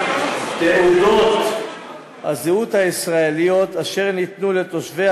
תעודות הזהות הישראליות אשר ניתנו לתושבי